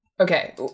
Okay